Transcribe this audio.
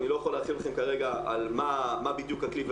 אני לא יכול להרחיב כרגע מה בדיוק הכלי,